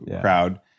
crowd